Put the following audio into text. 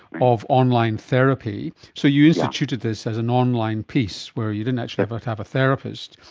of online therapy. so you instituted this as an online piece where you didn't actually have have a therapist,